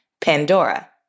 Pandora